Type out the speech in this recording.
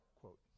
quote